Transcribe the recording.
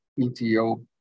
PTO